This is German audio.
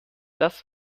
das